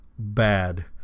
bad